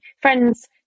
friends